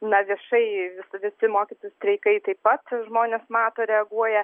na viešai vis visi mokytojų streikai taip pat žmonės mato reaguoja